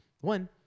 one